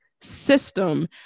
system